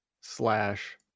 slash